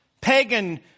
Pagan